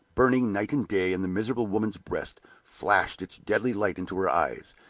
burning night and day in the miserable woman's breast, flashed its deadly light into her eyes,